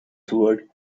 towards